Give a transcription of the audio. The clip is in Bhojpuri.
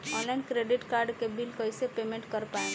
ऑनलाइन क्रेडिट कार्ड के बिल कइसे पेमेंट कर पाएम?